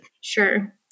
Sure